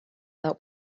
that